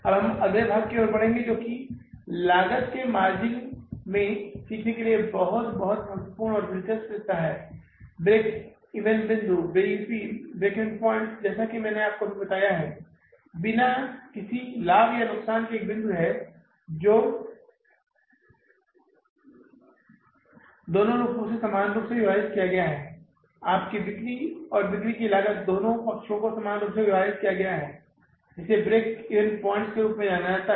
अब हम अगले भाग की ओर बढ़ेंगे जो लागत के मार्जिन में सीखने के लिए बहुत बहुत महत्वपूर्ण और दिलचस्प हिस्सा है ब्रेक ईवन बिंदु बीईपी ब्रेक इवन पॉइंट्स जैसा कि मैंने अभी आपको बताया है बिना किसी लाभ या नुकसान के एक बिंदु है दोनों को समान रूप से विभाजित किया गया है आपकी बिक्री और बिक्री की लागत दोनों पक्षों को समान रूप से विभाजित किया जाता है जिसे ब्रेक इवन पॉइंट्स के रूप में जाना जाता है